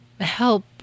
help